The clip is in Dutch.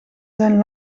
zijn